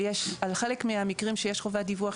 על חלק מהמקרים שיש חובת דיווח,